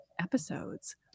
episodes